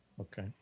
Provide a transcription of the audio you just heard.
Okay